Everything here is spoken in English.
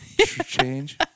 Change